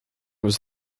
was